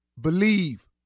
Believe